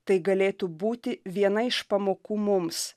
tai galėtų būti viena iš pamokų mums